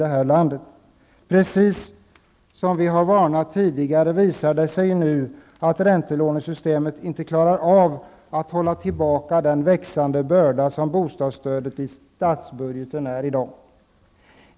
Det visar sig nu, precis som vi tidigare har varnat för, att räntelånesystemet är sådant att man inte klarar av att hålla tillbaka den växande börda som bostadsstödet i statsbudgeten i dag är.